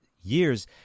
years